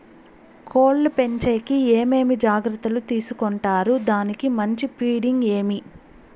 కోళ్ల పెంచేకి ఏమేమి జాగ్రత్తలు తీసుకొంటారు? దానికి మంచి ఫీడింగ్ ఏమి?